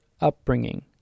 upbringing